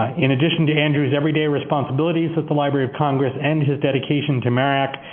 in addition to andrew's everyday responsibilities at the library of congress and his dedication to marac,